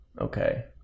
Okay